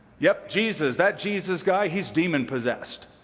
yup, jesus, that jesus guy, he's demon possessed.